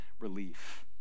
relief